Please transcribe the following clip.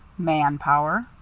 man power.